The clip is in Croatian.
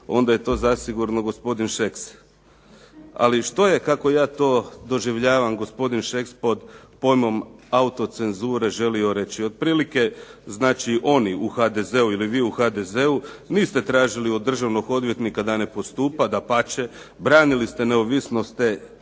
Onda je to zasigurno gospodin Šeks. Ali što je kako ja to doživljavam gospodin Šeks pod pojmom autocenzure želio reći. Otprilike znači oni u HDZ-u ili vi u HDZ-u niste tražili od državnog odvjetnika da ne postupa, dapače. Branili ste neovisnost